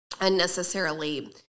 unnecessarily